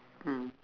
mm